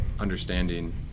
understanding